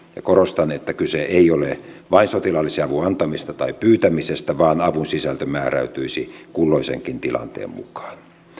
korostan että kyse ei ole vain sotilaallisen avun antamisesta tai pyytämisestä vaan että avun sisältö määräytyisi kulloisenkin tilanteen mukaan